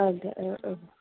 അതെ അ ആ